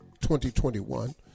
2021